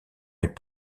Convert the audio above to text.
est